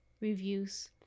reviews